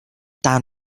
down